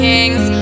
Kings